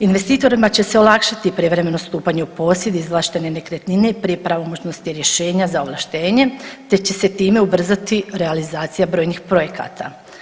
Investitorima će se olakšavati privremeno stupanje u posjed izvlaštene nekretnine i prije pravomoćnosti rješenja za ovlaštenje te će se time ubrzati realizacija brojnih projekata.